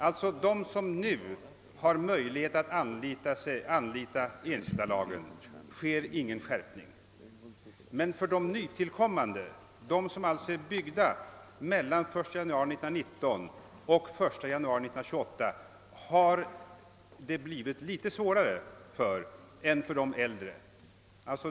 För dem som redan nu har möjlighet att utnyttja ensittarlagen sker ingen skärpning. Men för de nytillkommande, d. v. s. för dem som bor i fastigheter som är byggda mellan den 1 januari 1919 och den 1 januari 1928, har det blivit litet svårare än för de äldre.